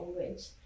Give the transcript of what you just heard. language